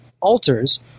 alters